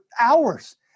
hours